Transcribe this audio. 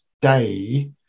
day